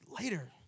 later